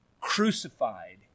crucified